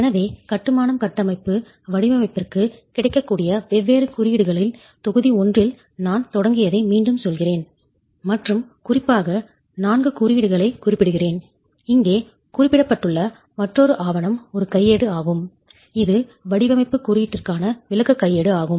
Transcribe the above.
எனவே கட்டுமானம் கட்டமைப்பு வடிவமைப்பிற்கு கிடைக்கக்கூடிய வெவ்வேறு குறியீடுகளில் தொகுதி 1 இல் நான் தொடங்கியதை மீண்டும் சொல்கிறேன் மற்றும் குறிப்பாக நான்கு குறியீடுகளைக் குறிப்பிடுகிறேன் இங்கே குறிப்பிடப்பட்டுள்ள மற்றொரு ஆவணம் ஒரு கையேடு ஆகும் இது வடிவமைப்புக் குறியீட்டிற்கான விளக்கக் கையேடு ஆகும்